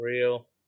Real